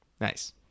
Nice